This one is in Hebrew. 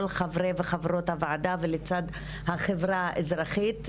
חברי וחברות הוועדה ולצד החברה האזרחית.